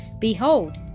Behold